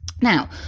Now